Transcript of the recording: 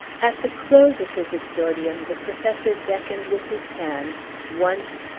at the close of his exordium, the professor beckoned with his hand once,